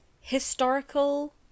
historical